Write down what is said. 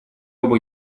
оба